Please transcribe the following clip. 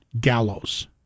gallows